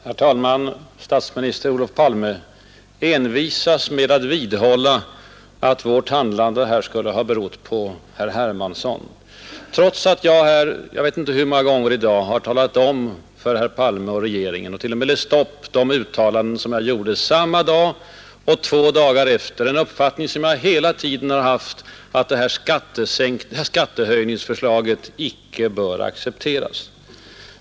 Herr talman! Statsminister Olof Palme envisas med att vidhålla att vårt handlande skulle ha berott på herr Hermansson, trots att jag här — jag vet inte hur många gånger i dag — talat om för herr Palme och regeringen att jag redan samma dag och två dagar därefter i TT-uttalanden — som jag t.o.m. delvis läst upp — förklarat att det socialdemokratiska skattehöjningsförslaget icke borde accepteras.